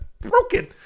broken